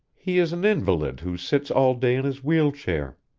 he is an invalid who sits all day in his wheel chair.